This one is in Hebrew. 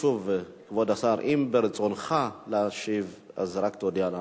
כבוד השר, אם ברצונך להשיב, אז רק תודיע לנו.